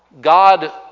God